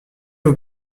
aux